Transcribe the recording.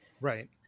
Right